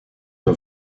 een